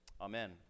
Amen